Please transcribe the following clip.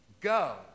go